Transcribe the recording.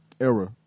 era